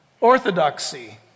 orthodoxy